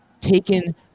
taken